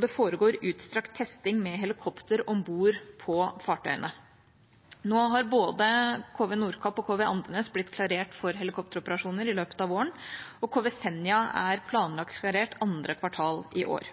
Det foregår utstrakt testing med helikopter om bord på fartøyene. Både KV «Nordkapp» og KV «Andenes» har blitt klarert for helikopteroperasjoner i løpet av våren, og KV «Senja» er planlagt klarert 2. kvartal i år.